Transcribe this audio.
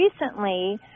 recently